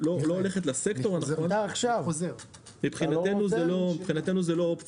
הולכת לסקטור הנכון, מבחינתנו זה לא אופציה.